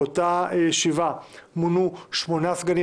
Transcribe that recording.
באותה ישיבה מונו שמונה סגנים,